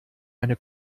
eine